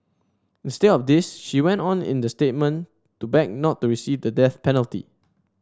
instead of this she went on in the statement to beg not to receive the death penalty